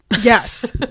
Yes